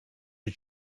had